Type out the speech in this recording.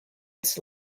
its